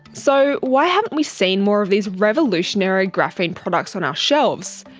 so why haven't we seen more of these revolutionary graphene products on our shelves?